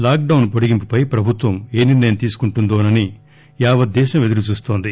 lockdown పొడిగింపుపై ప్రభుత్వం ఏ నిర్ణయం తీసుకుంటుందోనని యావత్ దేశం ఎదురు చూస్తోంది